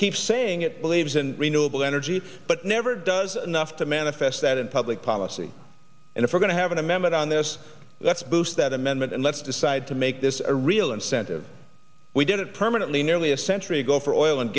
keeps saying it believes in renewable energy but never does nuff to manifest that in public policy and if we're going to have an amendment on this that's boost that amendment and let's decide to make this a real incentive we did it permanently nearly a century ago for oil and